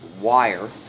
wire